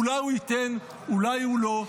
אולי הוא ייתן, אולי הוא לא,